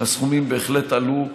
הסכומים בהחלט עלו,